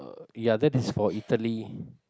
ya that is for Italy